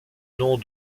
nom